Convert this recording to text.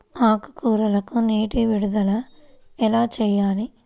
ఆకుకూరలకు నీటి విడుదల ఎలా చేయాలి?